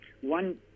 One